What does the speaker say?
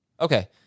okay